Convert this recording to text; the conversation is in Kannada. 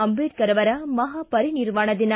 ಅಂಬೇಡ್ತರ್ ಅವರ ಮಹಾಪರಿನಿರ್ವಾಣ ದಿನ